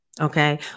Okay